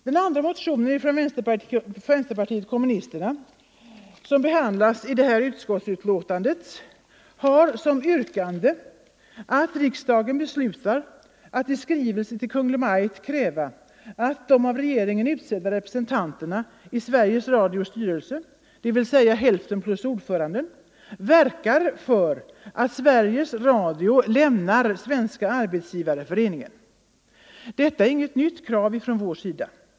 Den andra motionen från vänsterpartiet kommunisterna som behandlas i detta utskottsbetänkande har som yrkande att riksdagen beslutar att i skrivelse till Kungl. Maj:t kräva att de av Kungl. Maj:t utsedda representanterna i Sveriges Radios styrelse — dvs. hälften plus ordföranden — verkar för att Sveriges Radio lämnar Svenska arbetsgivareföreningen. Detta är inget nytt krav från vår sida.